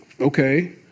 Okay